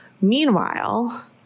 Meanwhile